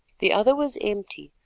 the other was empty,